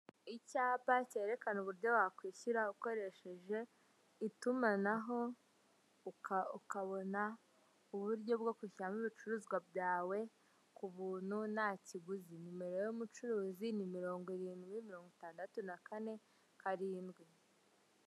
Icyapa kerekana uburyo wakwishyura ukoresheje itumanaho ukabona uburyo bwo kwishyuramo ibicuruzwa byawe, ku buntu nta kiguzi nimero y'umucuruzi ni mirongo irindwi, mirongo itandatu na kane, karindwi.